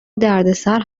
دردسر